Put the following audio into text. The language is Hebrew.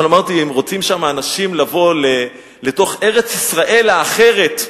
אבל אמרתי: אם רוצים שם אנשים לבוא לתוך ארץ-ישראל האחרת,